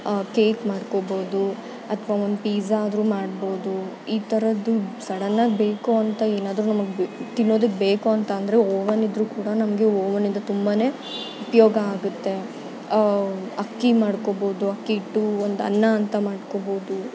cake ಮಾಡ್ಕೋಬೋದು ಅಥವಾ ಒಂದು ಪಿಜ್ಜಾ ಆದ್ರೂ ಮಾಡ್ಬೌದು ಈ ಥರದ್ದು ಸಡನ್ ಆಗಿ ಬೇಕು ಅಂತ ಏನಾದ್ರೂ ನಮಗೆ ತಿನ್ನೋದಕ್ಕೆ ಬೇಕು ಅಂತ ಅಂದ್ರೂ ಓವನ್ ಇದ್ರೂ ಕೂಡ ನಮಗೆ ಓವನಿಂದ ತುಂಬ ಉಪಯೋಗ ಆಗುತ್ತೆ ಅಕ್ಕಿ ಮಾಡ್ಕೋಬೌದು ಅಕ್ಕಿ ಇಟ್ಟು ಒಂದು ಅನ್ನ ಅಂತ ಮಾಡ್ಕೋಬೌದು